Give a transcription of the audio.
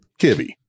Kibby